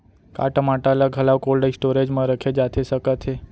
का टमाटर ला घलव कोल्ड स्टोरेज मा रखे जाथे सकत हे?